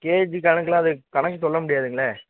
KG கணக்கில் அது கணக்கு சொல்ல முடியாதுங்களே